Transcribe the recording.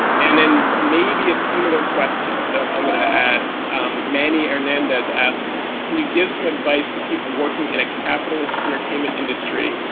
and then maybe a similar question though i'm i'm gonna add manny hernandez asks can you give um advice to people working in a capitalist entertainment industry